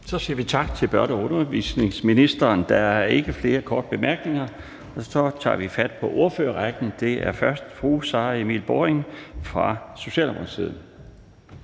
Så siger vi tak til børne- og undervisningsministeren. Der er ikke flere korte bemærkninger, og så tager vi fat på ordførerrækken. Det er først fru Sara Emil Baaring fra Socialdemokratiet.